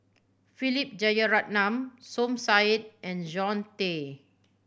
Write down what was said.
Philip Jeyaretnam Som Said and John Tay